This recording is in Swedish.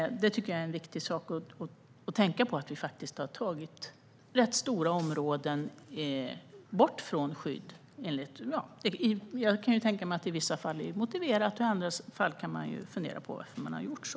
Det är viktigt att tänka på att det är ganska stora områden som vi har tagit bort ur skyddet. I vissa fall har det säkert varit motiverat, men i vissa fall kan man fundera på varför man har gjort så.